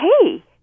hey